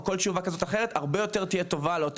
כל תשובה כזו תהיה הרבה יותר טובה להרבה